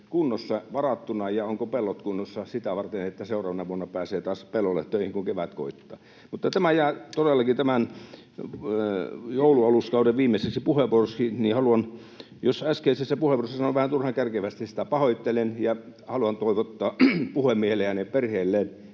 kunnossa, varattuna, ja ovatko pellot kunnossa sitä varten, että seuraavana vuonna pääsee taas pellolle töihin, kun kevät koittaa? Tämä jää todellakin tämän joulunaluskauden viimeiseksi puheenvuorokseni. Jos äskeisessä puheenvuorossa sanoin vähän turhan kärkevästi, sitä pahoittelen. Haluan toivottaa puhemiehelle ja hänen perheelleen